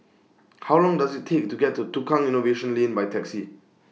How Long Does IT Take to get to Tukang Innovation Lane By Taxi